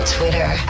Twitter